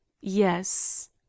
yes